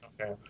Okay